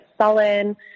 sullen